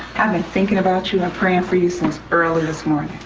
i've been thinking about you and praying for you since early this morning.